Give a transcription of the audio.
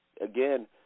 Again